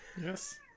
Yes